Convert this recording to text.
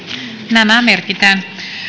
nämä merkitään